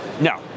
no